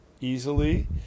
easily